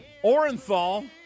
Orenthal